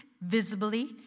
visibly